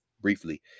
briefly